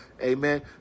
Amen